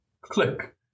Click